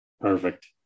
perfect